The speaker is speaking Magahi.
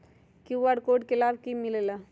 कियु.आर कोड से कि कि लाव मिलेला?